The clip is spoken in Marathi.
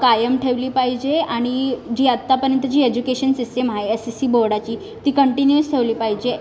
कायम ठेवली पाहिजे आणि आत्तापर्यंतची जी एज्युकेशन सिस्टीम हाए एस एस सी बोर्डाची ती कंटीन्यूअस ठेवली पाहिजे